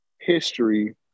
History